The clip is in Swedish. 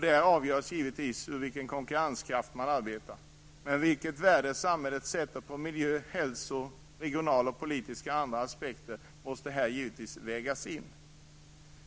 Det avgörs givetvis på grundval av vilken konkurrenskraft som finns, men det värde samhället sätter på miljö-, hälso och regionalpolitiska aspekter måste givetvis vägas in.